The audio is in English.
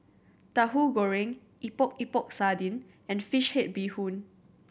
Tahu Goreng Epok Epok Sardin and fish head bee hoon